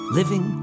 living